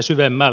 miksi